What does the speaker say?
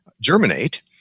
germinate